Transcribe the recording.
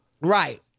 Right